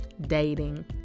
dating